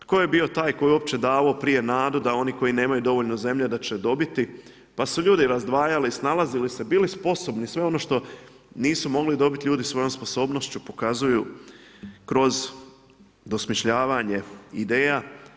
Tko je bio taj koji je uopće davao prije nadu da oni koji nemaju dovoljno zemlje da će dobiti, pa su ljudi razdvajali, snalazili se, bili sposobni sve ono što nisu mogli dobiti ljudi svojom sposobnošću pokazuju kroz dosmišljavanje ideja.